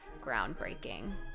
groundbreaking